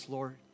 Lord